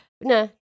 nah